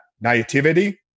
naivety